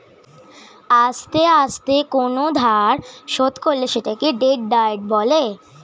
আস্তে আস্তে কোন ধার শোধ করলে সেটাকে ডেট ডায়েট বলে